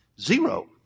Zero